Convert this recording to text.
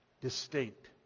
distinct